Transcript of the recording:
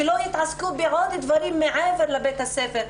שלא יתעסקו בעוד דברים מעבר לבית הספר.